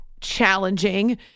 challenging